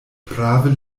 prave